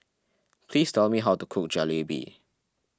please tell me how to cook Jalebi